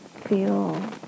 feel